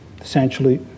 Essentially